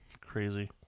crazy